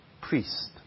priest